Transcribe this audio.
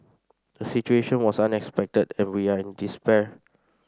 the situation was unexpected and we are in despair